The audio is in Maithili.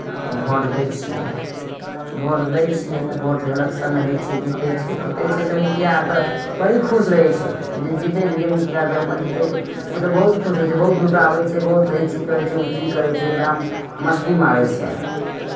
भोट दै छियै भोट दै छियै तऽ भोट एलेक्शन होइ छै जीतै छै दै छै तऽ मुखिया तऽ बड़ी खुश रहै छै जे जीतै छै जे मुखिया सरपञ्च जीतै छै ओ तऽ बहुत खुश होइ छै बहुत लुटाबै छै बहुत ई चीज करै छै ओ चीज करै छै एक एकदम मस्ती मारै छै